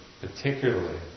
particularly